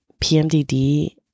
PMDD